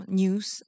news